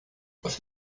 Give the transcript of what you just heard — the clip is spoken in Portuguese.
você